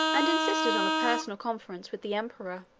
and insisted on a personal conference with the emperor.